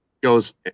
goes –